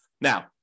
Now